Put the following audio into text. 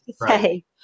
right